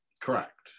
Correct